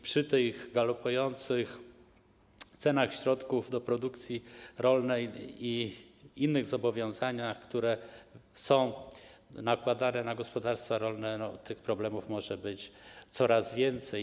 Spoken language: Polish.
Przy tych galopujących cenach środków produkcji rolnej i innych zobowiązaniach, które są nakładane na gospodarstwa rolne, tych problemów może być coraz więcej.